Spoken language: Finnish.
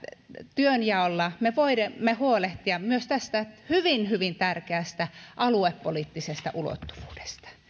työnjaolla me voimme huolehtia myös tästä hyvin hyvin tärkeästä aluepoliittisesta ulottuvuudesta